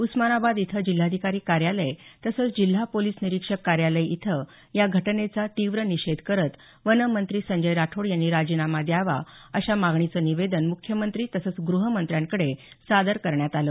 उस्मानाबाद इथं जिल्हाधिकारी कार्यालय तसंच जिल्हा पोलीस निरीक्षक कार्यालय इथं या घटनेचा तीव्र निषेध करत वन मंत्री संजय राठोड यांनी राजीनामा द्यावा अशा मागणीचं निवेदन मुख्यमंत्री तसंच गृहमंत्र्याकडे सादर करण्यात आलं